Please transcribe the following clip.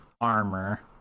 armor